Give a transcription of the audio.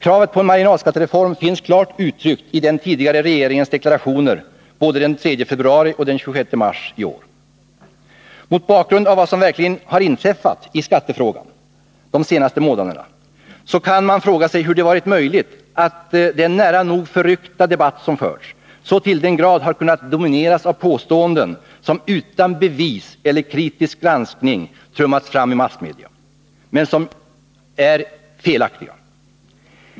Kravet på en marginalskattereform finns klart uttryckt i den tidigare regeringens deklarationer både den 3 februari och den 26 mars i år. Mot bakgrund av vad som verkligen har inträffat i skattefrågan de senaste månaderna kan man fråga sig, hur det varit möjligt att den nära nog förryckta debatt som förts, så till den grad kunnat domineras av påståenden som utan bevis eller kritisk granskning trummats fram i massmedia men som är felaktiga.